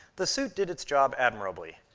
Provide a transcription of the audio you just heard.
the suit did its job admirably.